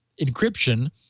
encryption